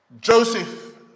Joseph